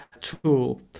tool